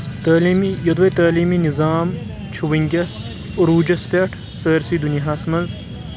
تعلیٖمی یودوے تعلیٖمی نظام چھُ وٕنکیٚس اروٗجس پؠٹھ سٲرسٕے دُنیاہس منٛز